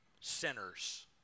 sinners